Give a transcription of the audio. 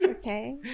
okay